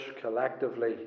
collectively